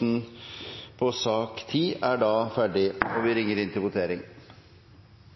til sak nr. 10. Vi behandler nå sakene nr. 11–39 samlet. Alle sakene gjelder andre gangs behandling av lovsaker. Ingen har bedt om ordet til noen av disse sakene. Da er Stortinget klar til